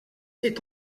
est